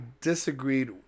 disagreed